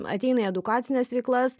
ateina į edukacines veiklas